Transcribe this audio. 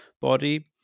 body